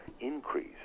increase